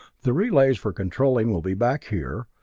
the relays for controlling will be back here,